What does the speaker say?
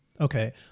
Okay